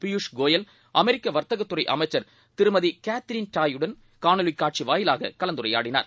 பியூஷ் கோயல் அமெரிக்க வர்த்தகத்துறை அமைச்சர் திருமதிகேத்தரின் டாயுடன் காணொலி காட்சி வாயிலாக கலந்துரையாடினார்